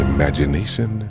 Imagination